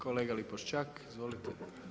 Kolega Lipošćak izvolite.